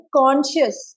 conscious